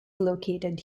located